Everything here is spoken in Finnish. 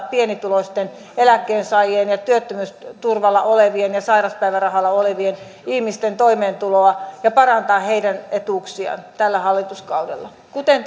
pienituloisten eläkkeensaajien työttömyysturvalla olevien ja sairauspäivärahalla olevien ihmisten toimeentuloa ja parantaa heidän etuuksiaan tällä hallituskaudella kuten